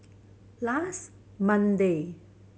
last Monday